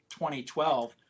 2012